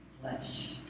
flesh